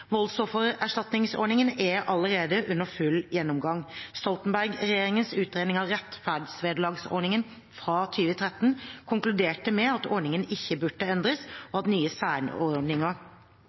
Voldsoffererstatningsordningen er allerede under full gjennomgang. Stoltenberg-regjeringens utredning av rettferdsvederlagsordningen fra 2013 konkluderte med at ordningen ikke burde endres, og at nye